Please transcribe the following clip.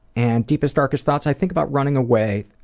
and deepest, darkest thoughts, i think about running away,